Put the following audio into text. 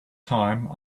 time